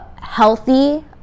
healthy